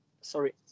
Sorry